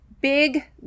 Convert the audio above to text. big